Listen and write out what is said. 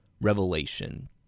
revelation